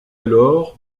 alors